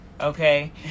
okay